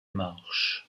marche